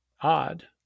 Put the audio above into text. odd